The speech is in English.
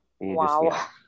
wow